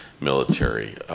military